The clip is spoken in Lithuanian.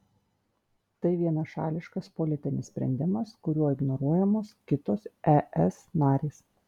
tai vienašališkas politinis sprendimas kuriuo ignoruojamos kitos es narės